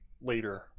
later